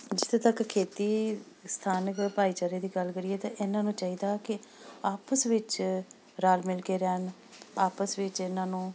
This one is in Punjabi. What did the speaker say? ਜਿੱਥੇ ਤੱਕ ਖੇਤੀ ਸਥਾਨਕ ਭਾਈਚਾਰੇ ਦੀ ਗੱਲ ਕਰੀਏ ਤਾਂ ਇਹਨਾਂ ਨੂੰ ਚਾਹੀਦਾ ਕਿ ਆਪਸ ਵਿੱਚ ਰਲ਼ ਮਿਲ ਕੇ ਰਹਿਣ ਆਪਸ ਵਿੱਚ ਇਹਨਾਂ ਨੂੰ